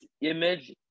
image